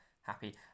Happy